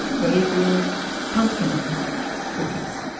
they were pumpkin cookies.